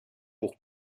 pour